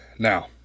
Now